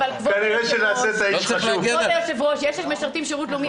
כבוד היושב-ראש, יש כאלה שמשרתים שירות לאומי